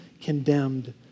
condemned